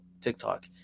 TikTok